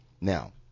Now